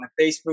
facebook